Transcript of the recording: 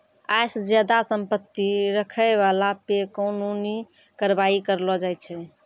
आय से ज्यादा संपत्ति रखै बाला पे कानूनी कारबाइ करलो जाय छै